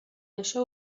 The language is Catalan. això